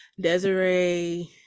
Desiree